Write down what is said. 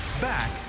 back